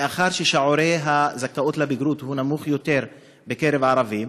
מאחר ששיעור הזכאות לבגרות נמוך יותר בקרב הערבים,